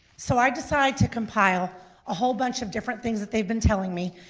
so i decided to compile a whole bunch of different things that they've been telling me,